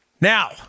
Now